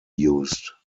used